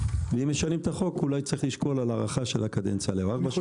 ואם משנים את החוק אולי צריך לשקול על הארכה של הקדנציה לארבע שנים.